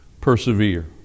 Persevere